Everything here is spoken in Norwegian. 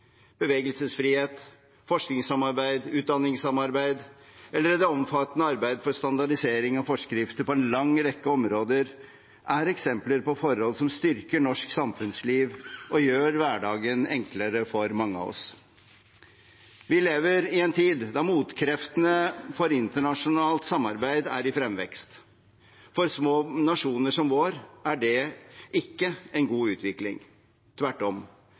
Bevegelsesfrihet, forskningssamarbeid, utdanningssamarbeid, eller det omfattende arbeidet for standardisering av forskrifter på en lang rekke områder er eksempler på forhold som styrker norsk samfunnsliv og gjør hverdagen enklere for mange av oss. Vi lever i en tid da motkreftene for internasjonalt samarbeid er i fremvekst. For små nasjoner som vår er det ikke en god utvikling, tvert om.